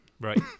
right